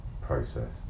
process